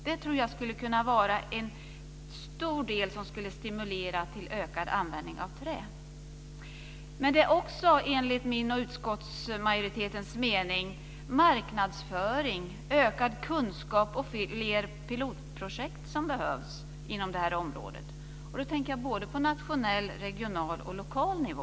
Det tror jag är en viktig del för att stimulera till ökad användning av trä. Men det är också enligt min och utskottsmajoritetens mening marknadsföring, ökad kunskap och fler pilotprojekt som behövs inom det här området. Då tänker jag på såväl nationell som regional och lokal nivå.